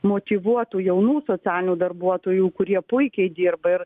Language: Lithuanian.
motyvuotų jaunų socialinių darbuotojų kurie puikiai dirba ir